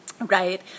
right